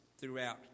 throughout